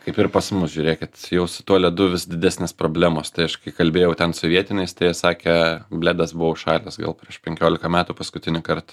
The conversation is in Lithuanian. kaip ir pas mus žiūrėkit jau su tuo ledu vis didesnės problemos tai aš kai kalbėjau ten su vietiniais tai jie sakė bledas buvo užšalęs gal prieš penkiolika metų paskutinįkart